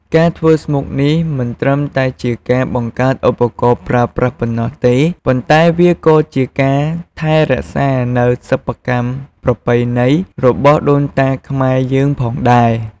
ការធ្វើស្មុកនេះមិនត្រឹមតែជាការបង្កើតឧបករណ៍ប្រើប្រាស់ប៉ុណ្ណោះទេ ប៉ុន្តែវាក៏ជាការថែរក្សានូវ សិប្បកម្មប្រពៃណី របស់ដូនតាខ្មែរយើងផងដែរ។